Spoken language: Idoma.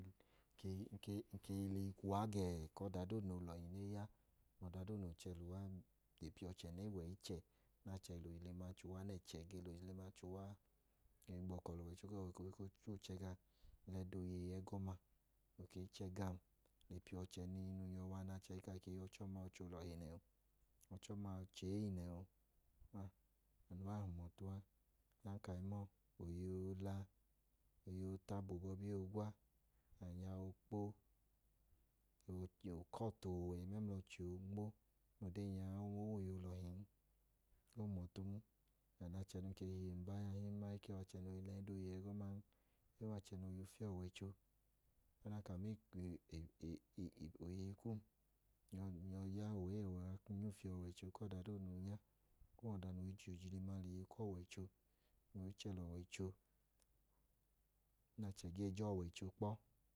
Ng ke i lẹ eyi kwu uwa gẹẹ ku ọda doodu noo lọhi nẹ e ya. Ọda doodu noo chẹ nẹ e je piya ọchẹ ne wẹ ichẹ nẹ achẹ ge lẹ ojihima che. Uwa, nẹ ẹchẹ ge lẹ ojihima che uwa a, ng gbọkọ lẹ ọwọicho ku ọwọicho koo che gam la edọ oyeyi egọmano ke i chẹ gam nẹ um yọi wa nẹ achẹ gee chẹ ja ọchẹ noo yọi wa ọma wẹ ọchẹ ọchẹ olo̱hi nẹn. Ọchẹ ọma wẹ ọchẹ e nẹ a. Anu a hum ọtu a. Ng ka i ma ọọ ka oyeyi oola, oyeyi utaba obọbi oogwa ọnya ookpo, okọtu oowẹ mẹmla ọche oonmo ẹẹnya ọmg i we oyeyi olọhin. O hum ọtun. And achẹ num ke hiye n baa i ke wẹ achẹ noo i ya ẹdọ ẹgọman. E wẹ achẹ noo i yaufi ọwọicho. Ọdanka a ma eko, eko oyeyi kum ng yọi ya ọwẹ ẹẹ num gee yuufi ọwọicho kum ya o̱da no i je oji lim lẹ iye ku ọwọicho, nẹ ọche gee je ọwọicho kpọ